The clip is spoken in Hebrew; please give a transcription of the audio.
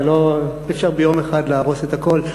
ואי-אפשר ביום אחד להרוס את הכול.